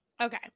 Okay